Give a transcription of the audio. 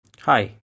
Hi